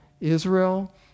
Israel